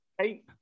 Hey